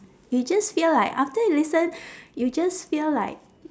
you just feel like after you listen you just feel like